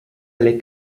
alle